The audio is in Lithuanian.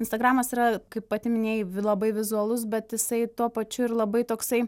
instagramas yra kaip pati minėjai labai vizualus bet jisai tuo pačiu ir labai toksai